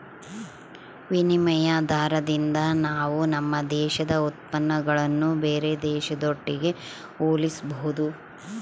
ವಿನಿಮಯ ದಾರದಿಂದ ನಾವು ನಮ್ಮ ದೇಶದ ಉತ್ಪನ್ನಗುಳ್ನ ಬೇರೆ ದೇಶದೊಟ್ಟಿಗೆ ಹೋಲಿಸಬಹುದು